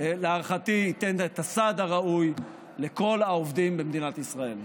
ולהערכתי ייתן את הסעד הראוי לכל העובדים במדינת ישראל.